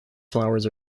flowers